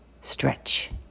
stretch